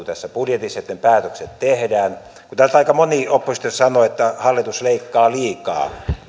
tässä budjetissa että ne päätökset tehdään kun täällä aika moni oppositiossa sanoo että hallitus leikkaa liikaa